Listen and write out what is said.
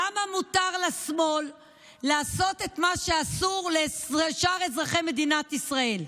למה מותר לשמאל לעשות את מה שאסור לשאר אזרחי מדינת ישראל?